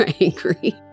angry